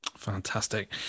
Fantastic